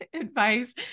advice